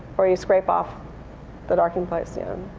or you scrape off the darkened place.